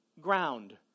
ground